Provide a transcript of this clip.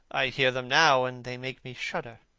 i hear them now, and they make me shudder.